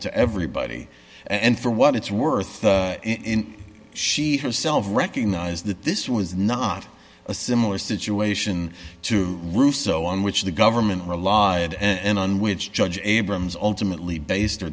to everybody and for what it's worth in she herself recognize that this was not a similar situation to rousseau on which the government relied and on which judge abrams ultimately based he